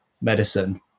medicine